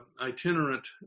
itinerant